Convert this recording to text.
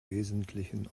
wesentlichen